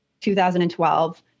2012